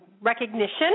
recognition